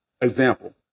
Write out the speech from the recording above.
Example